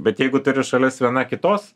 bet jeigu turi šalis viena kitos